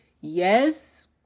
Yes